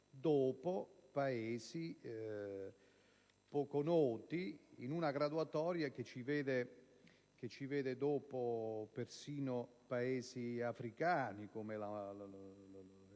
dopo Paesi poco noti, in una graduatoria che ci vede persino dopo Paesi africani come il